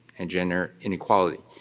and gender inequality.